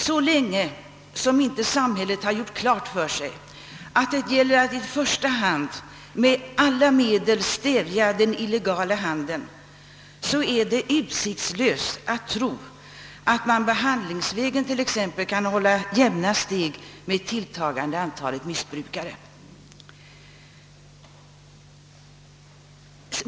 Så länge som samhället inte gjort klart för sig att det gäller att i första hand med alla medel stävja den illegala handeln är det utsiktslöst att tro t.ex. att man behandlingsvägen kan hålla jämna steg med det tilltagande antalet missbrukare.